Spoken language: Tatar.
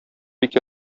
бик